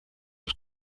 was